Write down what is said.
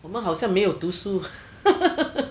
我们好像没有读书